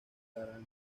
granja